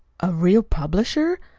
a real publisher?